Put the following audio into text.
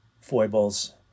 foibles